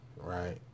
right